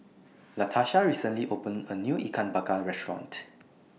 Latarsha recently opened A New Ikan Bakar Restaurant